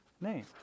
name